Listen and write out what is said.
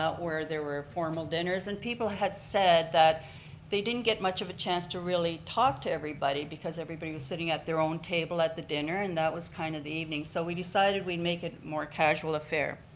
where there were formal dinners, and people had said that they didn't get much of a chance to really talk to everybody everybody because everybody was sitting at their own table at the dinner and that was kind of the evening. so we decided we'd make it more casual affair.